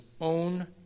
own